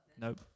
Nope